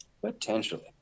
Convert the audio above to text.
Potentially